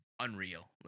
unreal